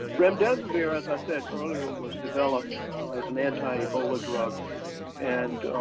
remdesivir, as i said earlier, was developed as an anti-ebola drug and